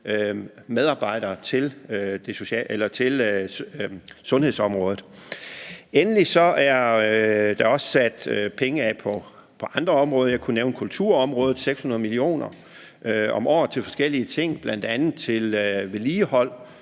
medarbejdere til sundhedsområdet. Endelig er der også sat penge af på andre områder. Jeg kunne nævne kulturområdet, hvor der afsættes 600 mio. kr. om året til forskellige ting, bl.a. vedligehold